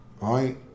Right